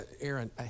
Aaron